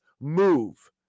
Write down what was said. move